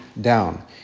down